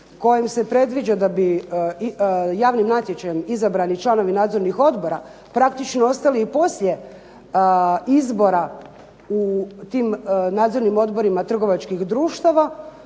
kojim se predviđa da bi javnim natječajem izabrani članovi nadzornih odbora praktično ostali i poslije izbora u tim nadzornim odborima trgovačkih društava